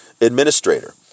administrator